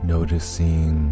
Noticing